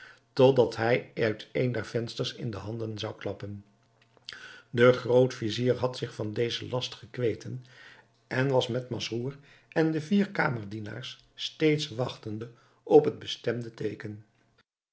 totdat hij uit een der vensters in de handen zou klappen de groot-vizier had zich van dezen last gekweten en was met masrour en de vier kamerdienaars steeds wachtende op het bestemde teeken